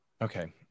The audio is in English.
okay